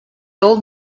old